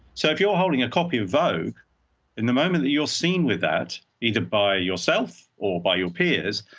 so if you're holding a copy of vogue in the moment that you're seen with that either by yourself or by your peers,